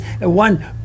one